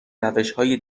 روشهای